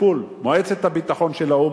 הטיפול הוא של מועצת הביטחון של האו"ם,